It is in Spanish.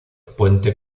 puente